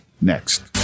next